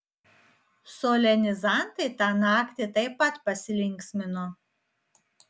solenizantai tą naktį taip pat pasilinksmino